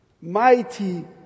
mighty